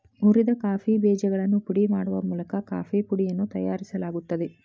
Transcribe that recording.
ಹುರಿದ ಕಾಫಿ ಬೇಜಗಳನ್ನು ಪುಡಿ ಮಾಡುವ ಮೂಲಕ ಕಾಫೇಪುಡಿಯನ್ನು ತಯಾರಿಸಲಾಗುತ್ತದೆ